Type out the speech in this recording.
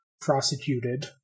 prosecuted